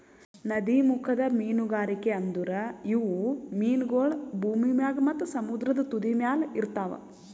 ನದೀಮುಖದ ಮೀನುಗಾರಿಕೆ ಅಂದುರ್ ಇವು ಮೀನಗೊಳ್ ಭೂಮಿ ಮ್ಯಾಗ್ ಮತ್ತ ಸಮುದ್ರದ ತುದಿಮ್ಯಲ್ ಇರ್ತಾವ್